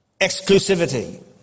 exclusivity